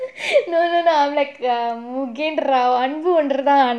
no no no like um அன்பு ஒன்றுத்தான்:anbu ondruthaan